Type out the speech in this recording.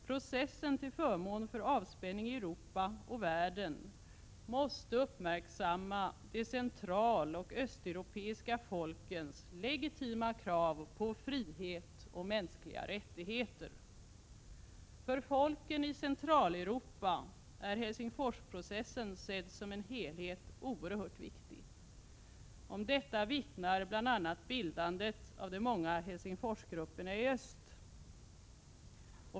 Processen till förmån för avspänning i Europa och världen måste uppmärksamma de centraloch östeuropeiska folkens legitima krav på frihet och mänskliga rättigheter. För folken i Centraleuropa är Helsingforsprocessen sedd som en helhet oerhört viktig. Om detta vittnar bl.a. bildandet av de många Helsingforsgrupperna i öst.